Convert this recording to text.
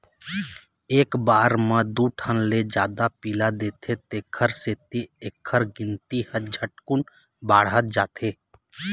एक बार म दू ठन ले जादा पिला देथे तेखर सेती एखर गिनती ह झटकुन बाढ़त जाथे